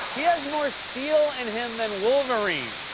he has more steel in him than wolverine.